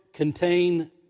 contain